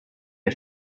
der